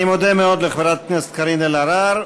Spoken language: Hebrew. אני מודה מאוד לחברת הכנסת קארין אלהרר.